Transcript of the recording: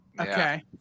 Okay